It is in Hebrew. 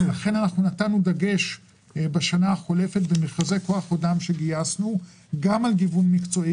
נתנו דגש בשנה החולפת במכרזי כוח אדם שגייסנו גם על גיוון מקצועי.